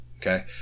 Okay